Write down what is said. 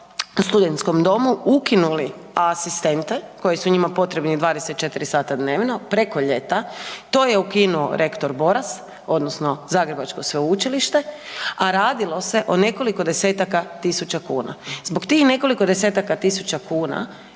u studentskom domu ukinuli asistente koji su njima potrebni 24 sata dnevno preko ljeta, to je ukinuo rektor Boras odnosno Zagrebačko sveučilište, a radilo se o nekoliko desetaka tisuća kuna. Zbog tih nekoliko desetaka tisuća kuna